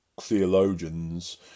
theologians